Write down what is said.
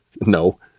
No